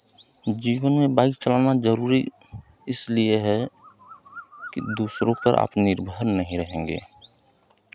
जीवन में बाइक चलाना जरूरी इसलिए है कि दूसरों पर आप निर्भर नहीं रहेंगे